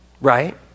Right